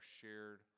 shared